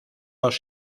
los